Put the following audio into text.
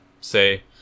say